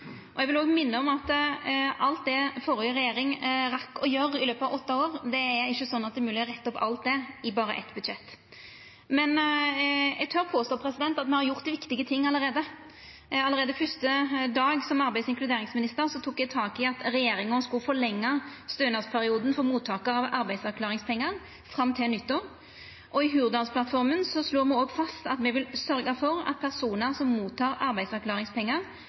Eg vil òg minna om at alt det den førre regjeringa rakk å gjera i løpet av åtte, er det ikkje mogeleg å retta opp i eitt budsjett. Eg tør påstå at me har gjort viktige ting allereie. Allereie første dag som arbeids- og inkluderingsminister tok eg tak i at regjeringa skulle forlengja stønadsperioden for mottakarar av arbeidsavklaringspengar fram til nyttår. Og i Hurdalsplattforma slår me òg fast at me vil sørgja for at personar som